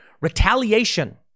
retaliation